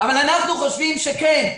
אבל אנחנו חושבים שכן,